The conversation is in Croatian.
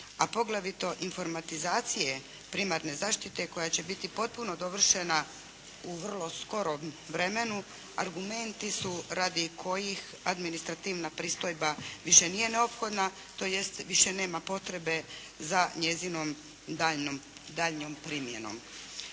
a poglavito informatizacije primarne zaštite koja će biti potpuno dovršena u vrlo skorom vremenu, argumenti su radi kojih administrativna pristojba više nije neophodna tj. više nema potrebe za njezinom daljnjom primjenom.